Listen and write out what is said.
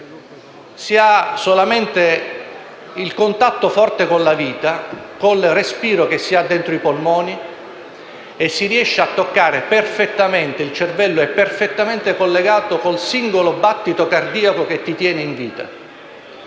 Si ha solamente il contatto forte con la vita, con il respiro che si ha dentro i polmoni, e il cervello è perfettamente collegato con il singolo battito cardiaco che ti tiene in vita.